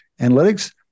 Analytics